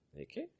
Okay